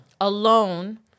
alone